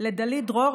לדלית דרור,